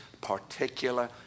particular